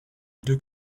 deux